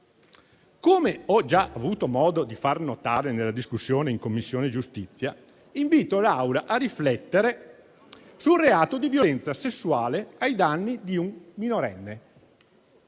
Come ho già avuto modo di far notare nella discussione in Commissione giustizia, invito l'Aula a riflettere sul reato di violenza sessuale ai danni di un minorenne.